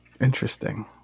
interesting